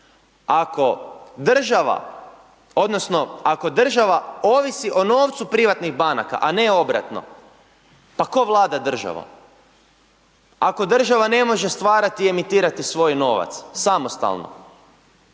Ako država, odnosno ako država ovisi o novcu privatnih banaka a ne obratno, pa tko vlada državom? Ako država ne može stvarati i emitirati svoj novac, samostalno,